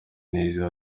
neza